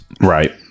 Right